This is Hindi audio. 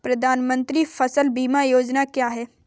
प्रधानमंत्री फसल बीमा योजना क्या है?